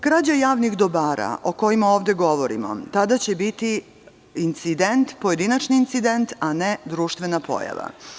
Krađa javnih dobara, o kojima ovde govorimo, tada će biti incident, pojedinačni incident, a ne društvena pojava.